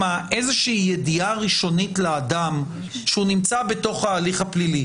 איזושהי ידיעה ראשונית לאדם שהוא נמצא בתוך ההליך הפלילי.